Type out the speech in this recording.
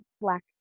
black